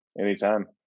anytime